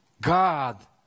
God